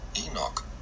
Enoch